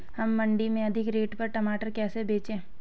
हम मंडी में अधिक रेट पर टमाटर कैसे बेचें?